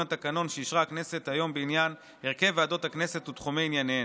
התקנון שאישרה הכנסת היום בעניין הרכב ועדות הכנסת ותחומי ענייניהן.